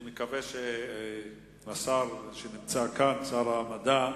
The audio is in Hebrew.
אני מקווה שהשר שנמצא כאן, שר המדע,